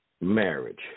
Marriage